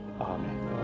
amen